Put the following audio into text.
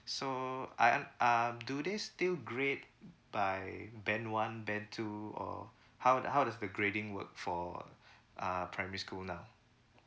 so I un~ uh do they still grade by band one band two or how how does the grading work for uh primary school now